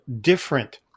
different